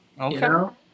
Okay